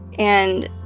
and,